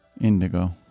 indigo